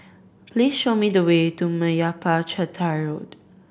please show me the way to Meyappa Chettiar Road